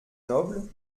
nobles